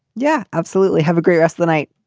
yeah absolutely have a great rest of the night.